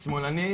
שמאלני,